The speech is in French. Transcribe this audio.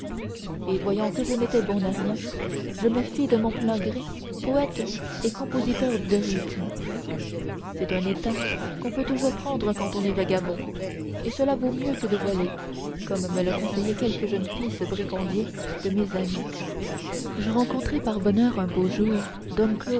et voyant que je n'étais bon à rien je me fis de mon plein gré poète et compositeur de rythmes c'est un état qu'on peut toujours prendre quand on est vagabond et cela vaut mieux que de voler comme me le conseillaient quelques jeunes fils brigandiniers de mes amis je rencontrai par bonheur un beau jour